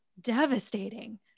devastating